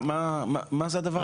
מה זה הדבר הזה?